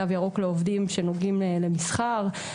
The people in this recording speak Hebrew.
תו ירוק לעובדים שנוגעים למסחר.